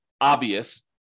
obvious